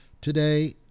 today